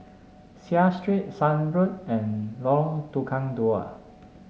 Seah Street Shan Road and Lorong Tukang Dua